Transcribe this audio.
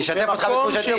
אני משתף אותך בתחושתי.